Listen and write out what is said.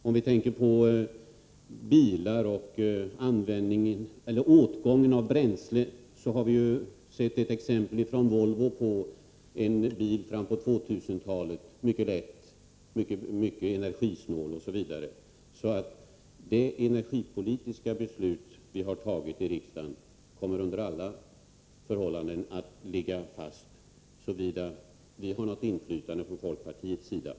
När det gäller bilarna och bränsleåtgången har vi från Volvo sett ett exempel på en bil som kommer fram på 2000-talet och som är mycket lätt, mycket energisnål osv. Det energipolitiska beslut vi har fattat i riksdagen kommer under alla förhållanden att ligga fast, såvida vi från folkpartiets sida har något inflytande.